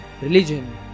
religion